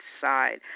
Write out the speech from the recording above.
side